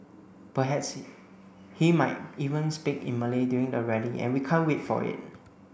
perhaps he might even speak in Malay during the rally and we can't wait for it